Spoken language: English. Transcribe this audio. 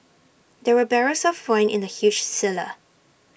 there were barrels of wine in the huge cellar